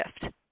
shift